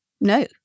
No